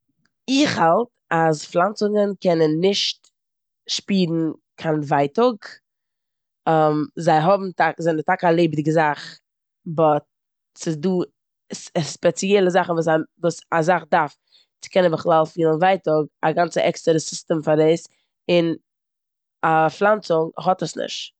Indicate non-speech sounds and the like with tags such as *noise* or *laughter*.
איך האלט אז פלאנצונגען קענען נישט שפירן קיין ווייטאג. *hesitation* זיי האבן טא- זיי זענען טאקע א לעבעדיגע זאך באט ס'דא ס- א ספעציעלע זאכן וואס א זאך דארף צו קענען בכלל פילן ווייטאג, א גאנצע עקסטערע סיסטעם פאר דאס, און א פלאנצונג האט עס נישט.